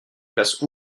classe